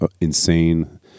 insane